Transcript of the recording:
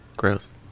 gross